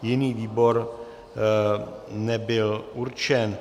Jiný výbor nebyl určen.